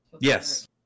Yes